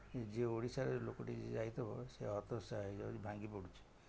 ଯିଏ ଓଡ଼ିଶାର ଲୋକ ଯାଇଥିବ ସେ ହତୋତ୍ସାହିତ ହେଇକି ଭାଙ୍ଗି ପଡ଼ୁଛି